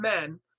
men